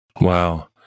Wow